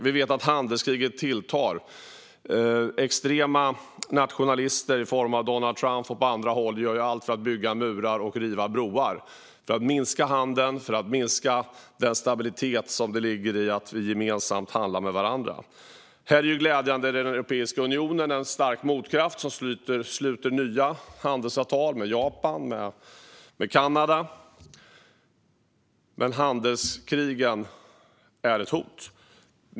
Vi vet att handelskriget tilltar - extrema nationalister såsom Donald Trump och andra gör allt för att bygga murar och riva broar för att minska handeln och minska den stabilitet som ligger i att vi gemensamt handlar med varandra. Här är det glädjande att Europeiska unionen är en stark motkraft som sluter nya handelsavtal med Japan och Kanada, men handelskrigen är ett hot.